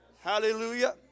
Hallelujah